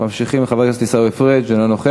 אנחנו ממשיכים עם חבר הכנסת עיסאווי פריג' אינו נוכח,